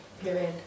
Period